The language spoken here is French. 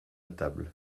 table